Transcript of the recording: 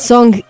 Song